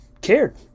cared